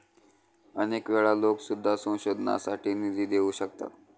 अनेक वेळा लोकं सुद्धा संशोधनासाठी निधी देऊ शकतात